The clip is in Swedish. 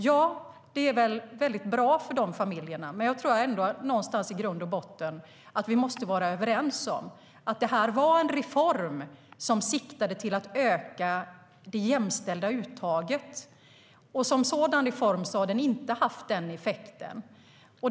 Ja, det är väl bra för de familjerna, men jag tror att vi i grund och botten måste vara överens om att det var en reform som siktade till att öka det jämställda uttaget. Som en sådan reform har den inte haft den effekten.